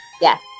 Yes